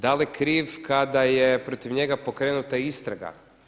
Da li je kriv kada je protiv njega pokrenuta istraga?